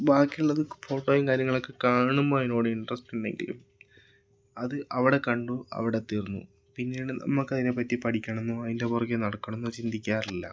ബാക്കിയുള്ളത് ഫോട്ടോയും കാര്യങ്ങളൊക്കെ കാണുമ്പോൾ അതിനോട് ഇൻട്രസ്റ്റ് ഉണ്ടെങ്കിലും അത് അവിടെ കണ്ടു അവിടെ തീർന്നു പിന്നീട് നമുക്ക് അതിനെപ്പറ്റി പഠിക്കണമെന്നോ അതിൻ്റെ പുറകെ നടക്കണമെന്നോ ചിന്തിക്കാറില്ല